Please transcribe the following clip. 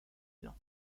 élan